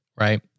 right